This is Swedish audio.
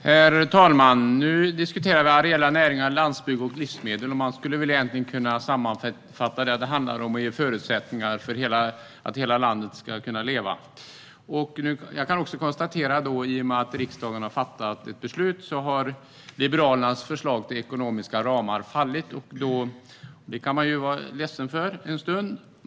Herr talman! Nu diskuterar vi areella näringar, landsbygd och livsmedel. Man skulle egentligen kunna sammanfatta det med att det handlar om att ge förutsättningar för hela landet att leva. Jag kan konstatera att i och med att riksdagen har fattat ett beslut har Liberalernas förslag till ekonomiska ramar fallit. Det kan man ju vara ledsen för en stund.